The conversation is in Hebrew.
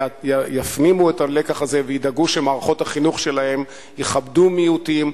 יפנימו את הלקח הזה וידאגו שמערכות החינוך שלהם יכבדו מיעוטים,